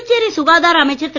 புதுச்சேரி சுகாதார அமைச்சர் திரு